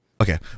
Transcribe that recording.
Okay